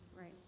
Right